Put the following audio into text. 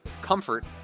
comfort